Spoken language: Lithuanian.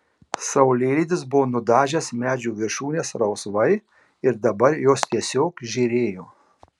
saulėlydis buvo nudažęs medžių viršūnes rausvai ir dabar jos tiesiog žėrėjo